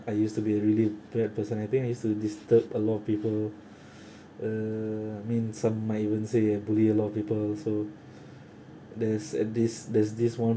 I used to be a really bad person I think I used to disturb a lot of people uh I mean some might even say I bully a lot of people so there's uh this there's this one